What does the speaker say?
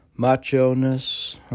Macho-ness